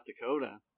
Dakota